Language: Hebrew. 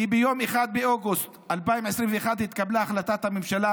כי ביום 1 באוגוסט 2021 התקבלה החלטת הממשלה